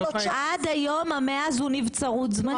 עד היום ה- 100 זו נבצרות זמנית.